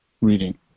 reading